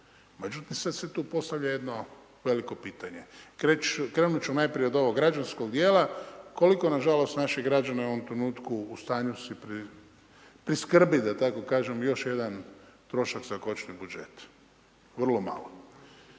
Međutim, sada se tu postavlja jedno veliko pitanje. Krenuti ću najprije od ovog građanskog dijela, koliko nažalost, naši građani u ovom trenutku, u stanju su priskrbim, da tako kažem, trošak za …/Govornik se ne razumije./… budžet? Vrlo malo.